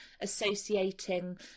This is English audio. associating